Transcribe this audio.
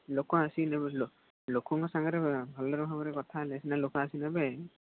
ଲୋକ ଆସିକି ଲୋକଙ୍କ ସାଙ୍ଗରେ ଭଲରେ ଭାବରେ କଥା ହେଲେ ସିନା ଲୋକ ଆସିକି ନେବେ